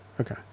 Okay